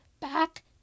back